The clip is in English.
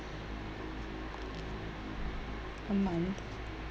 a month